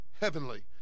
heavenly